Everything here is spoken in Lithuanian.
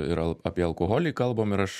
ir al apie alkoholį kalbam ir aš